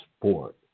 sport